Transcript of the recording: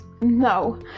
No